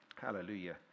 Hallelujah